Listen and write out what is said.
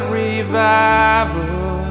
revival